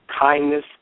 kindness